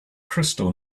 crystal